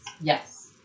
Yes